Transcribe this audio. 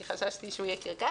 כי חששתי שהוא יהיה קרקס.